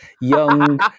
Young